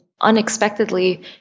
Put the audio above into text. unexpectedly